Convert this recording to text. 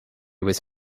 was